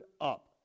up